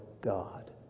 God